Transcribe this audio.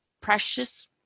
precious